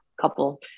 couple